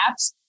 apps